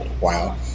Wow